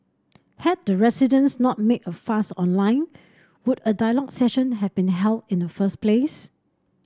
had the residents not made a fuss online would a dialogue session have been held in the first place